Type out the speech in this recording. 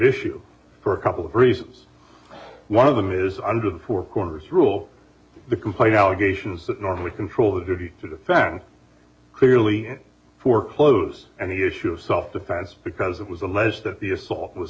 issue for a couple of reasons one of them is under the four corners rule the complaint allegations that normally control the duty to defend clearly foreclose and the issue of self defense because it was alleged that the assault was